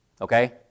Okay